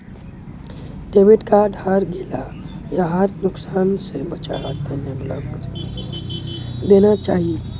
debit card हरई गेला यहार नुकसान स बचवार तना ब्लॉक करे देना चाहिए